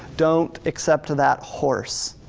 don't accept to that horse.